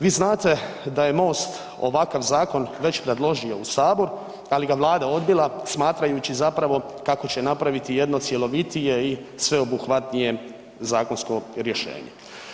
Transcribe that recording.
Vi znate da je MOST ovakav zakon već predložio u Sabor, ali ga je Vlada odbila smatrajući zapravo kako će napraviti jedno cjelovitije i sveobuhvatnije zakonsko rješenje.